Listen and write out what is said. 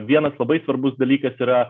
vienas labai svarbus dalykas yra